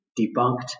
debunked